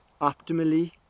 optimally